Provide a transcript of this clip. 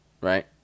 Right